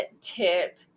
tip